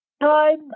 Time